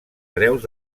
hereus